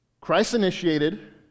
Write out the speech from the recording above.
Christ-initiated